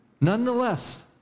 Nonetheless